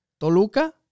Toluca